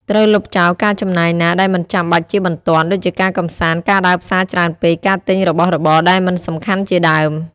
ត្រូវលុបចោលការចំណាយណាដែលមិនចាំបាច់ជាបន្ទាន់ ដូចជាការកម្សាន្ត ការដើរផ្សារច្រើនពេក ការទិញរបស់របរដែលមិនសំខាន់ជាដើម។